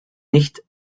nicht